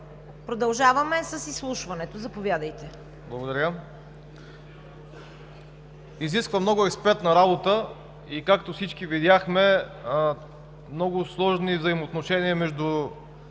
Продължаваме с изслушването. Заповядайте. МЛАДЕН ШИШКОВ: Благодаря Ви. …изисква много експертна работа и, както всички видяхме, много сложни взаимоотношения между